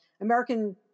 American